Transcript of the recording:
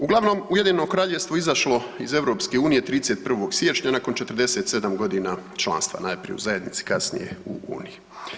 Uglavnom, Ujedinjeno Kraljevstvo je izašlo iz EU 31. siječnja nakon 47.g. članstva, najprije u zajednici, kasnije u uniji.